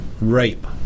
rape